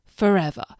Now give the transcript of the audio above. Forever